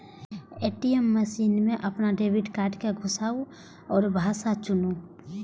ATM machine मे अपन debit card कें घुसाउ आ भाषा चुनू